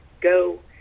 go